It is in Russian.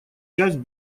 часть